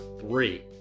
three